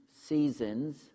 seasons